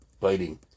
biting